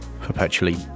perpetually